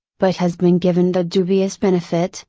but has been given the dubious benefit,